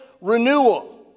renewal